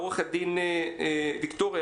לעו"ד ויקטוריה